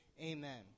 amen